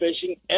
Fishing